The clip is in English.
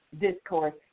discourse